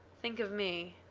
think of me.